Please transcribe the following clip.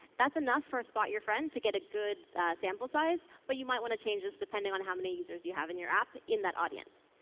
that's enough for spot your friend to get a good sample size, but you might want to change this depending on how many users you have in your app in that audience.